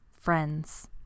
friends